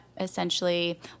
essentially